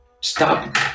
stop